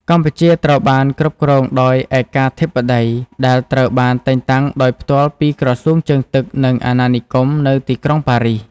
កម្ពុជាត្រូវបានគ្រប់គ្រងដោយ ឯកាធិបតី ដែលត្រូវបានតែងតាំងដោយផ្ទាល់ពីក្រសួងជើងទឹក និងអាណានិគមនៅទីក្រុងប៉ារីស។